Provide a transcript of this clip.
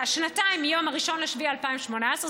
שנתיים מיום 1 ביולי 2018,